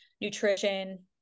nutrition